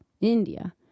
India